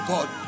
God